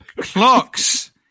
Clocks